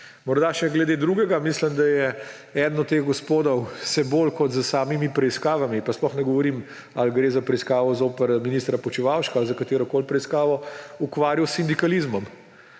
Morda še glede drugega. Mislim, da se je eden od teh gospodov bolj kot s samimi preiskavami – pa sploh ne govorim, ali gre za preiskavo ministra Počivalška ali katerokoli preiskavo – ukvarjal s sindikalizmom.